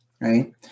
right